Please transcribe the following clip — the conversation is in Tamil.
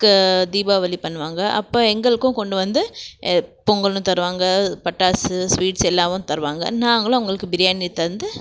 தீபாவளி பண்ணுவாங்க அப்போ எங்களுக்கும் கொண்டு வந்து பொங்கலும் தருவாங்க பட்டாசு சுவீட்ஸு எல்லாம் தருவாங்க நாங்களும் அவங்களுக்கு பிரியாணி தந்து